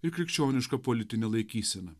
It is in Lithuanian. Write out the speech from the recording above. ir krikščionišką politinę laikyseną